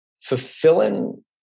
fulfilling